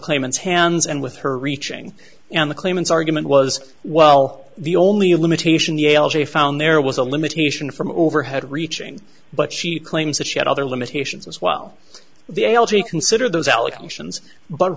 claimants hands and with her reaching and the claimants argument was well the only limitation ale she found there was a limitation from overhead reaching but she claims that she had other limitations as well the algae consider those allegations but